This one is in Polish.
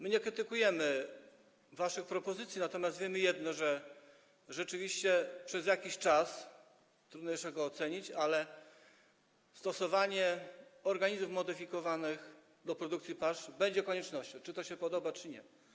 My nie krytykujemy waszych propozycji, natomiast wiemy jedno: że rzeczywiście przez jakiś czas, trudno jeszcze go ocenić, stosowanie organizmów modyfikowanych do produkcji pasz będzie koniecznością, czy to się podoba, czy nie.